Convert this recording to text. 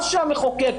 מה שהמחוקק,